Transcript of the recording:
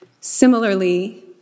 Similarly